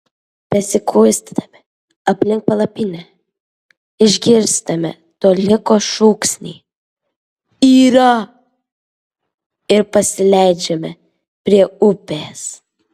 besikuisdami aplink palapinę išgirstame toliko šūksnį yra ir pasileidžiame prie upės